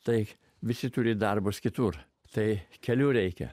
tai visi turi darbus kitur tai kelių reikia